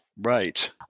Right